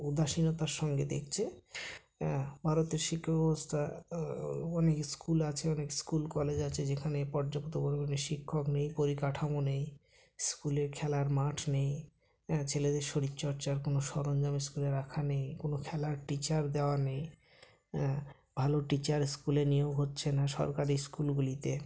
উদাসীনতার সঙ্গে দেখছে ভারতের শিক্ষা ব্যবস্তা অনেক স্কুল আছে অনেক স্কুল কলেজ আছে যেখানে পর্যাপ্ত পরিমাণে শিক্ষক নেই পরিকাঠামো নেই স্কুলে খেলার মাঠ নেই অ্যাঁ ছেলেদের শরীরচর্চার কোনো সরঞ্জাম স্কুলে রাখা নেই কোনো খেলার টিচার দেওয়া নেই ভালো টিচার স্কুলে নিয়োগ হচ্ছে না সরকারি স্কুলগুলিতে